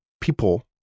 people